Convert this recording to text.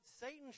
Satan